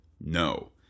no